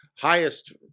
highest